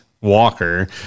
Walker